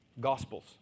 gospels